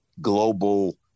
global